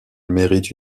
mérite